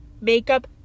makeup